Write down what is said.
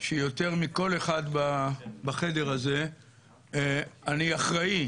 שיותר מכל אחד בחדר הזה אני אחראי